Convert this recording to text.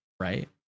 right